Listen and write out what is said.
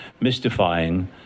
mystifying